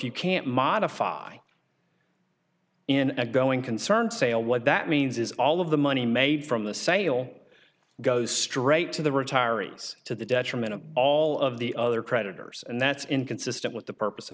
you can't modify in a going concern sale what that means is all of the money made from the sale goes straight to the retirees to the detriment of all of the other creditors and that's inconsistent with the purpose of